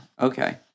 Okay